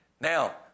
Now